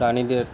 প্রাণীদের